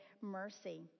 mercy